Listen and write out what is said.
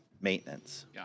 maintenance